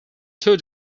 two